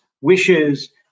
wishes